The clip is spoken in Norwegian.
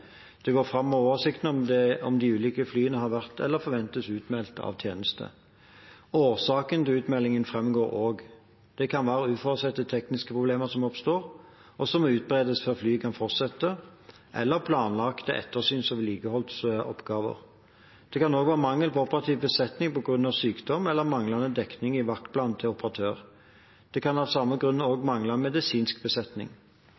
Det går fram av oversikten om de ulike flyene har vært eller forventes utmeldt fra tjeneste. Årsaken til utmeldingen framgår også: Det kan være uforutsette tekniske problemer som oppstår, og som må utbedres før flyet kan fortsette, eller planlagte ettersyns- og vedlikeholdsoppgaver. Det kan også være mangel på operativ besetning på grunn av sykdom eller manglende dekning i vaktplanen til operatør. Det kan av samme grunner også mangle medisinsk besetning.